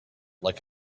like